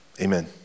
Amen